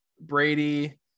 Brady